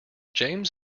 james